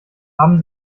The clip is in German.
haben